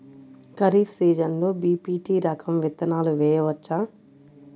ఖరీఫ్ సీజన్లో బి.పీ.టీ రకం విత్తనాలు వేయవచ్చా?